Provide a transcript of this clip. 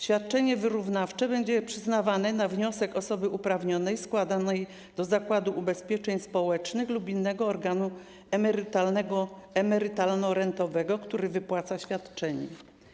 Świadczenie wyrównawcze będzie przyznawane na wniosek osoby uprawnionej składany do Zakładu Ubezpieczeń Społecznych lub innego organu emerytalno-rentowego, który wypłaca świadczenia.